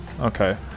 Okay